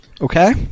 okay